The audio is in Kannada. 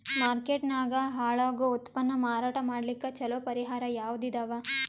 ಮಾರ್ಕೆಟ್ ನಾಗ ಹಾಳಾಗೋ ಉತ್ಪನ್ನ ಮಾರಾಟ ಮಾಡಲಿಕ್ಕ ಚಲೋ ಪರಿಹಾರ ಯಾವುದ್ ಇದಾವ?